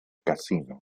casino